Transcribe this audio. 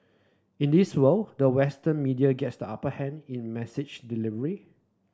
in this world the Western media gets the upper hand in message delivery